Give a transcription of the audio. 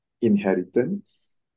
inheritance